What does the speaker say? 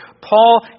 Paul